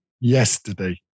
yesterday